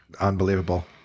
unbelievable